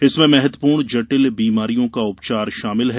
इसमें महत्वपूर्ण जटिल बीमारियों का उपचार शामिल है